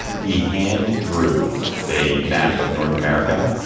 he hand drew a map of north america